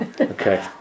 okay